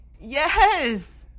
Yes